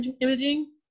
imaging